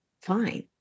fine